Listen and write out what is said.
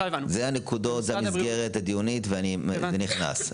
אלה הנקודות במסגרת הדיונית, ואני נכנס אליהן.